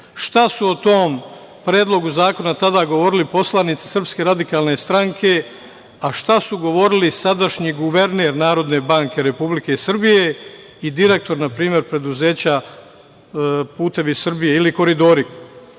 šta su o tom predlogu zakona tada govorili poslanici SRS, a šta su govorili sadašnji guverner Narodne banke Republike Srbije i direktor, na primer, preduzeća „Putevi Srbije“ ili „Koridori